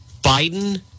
Biden